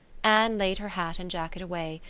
anne laid her hat and jacket away,